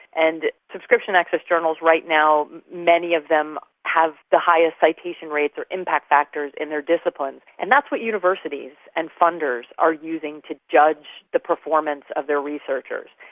and subscription access journals right now, many of them have the highest citation rates or impact factors in their disciplines, and that's what universities and funders are using to judge the performance of their researchers.